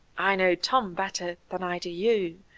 i know tom better than i do you,